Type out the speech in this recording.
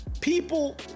people